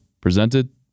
presented